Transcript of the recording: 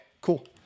cool